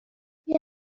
برخی